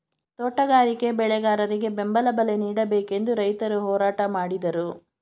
ತೋಟಗಾರಿಕೆ ಬೆಳೆಗಾರರಿಗೆ ಬೆಂಬಲ ಬಲೆ ನೀಡಬೇಕೆಂದು ರೈತರು ಹೋರಾಟ ಮಾಡಿದರು